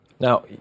Now